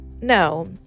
No